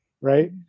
right